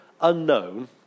Unknown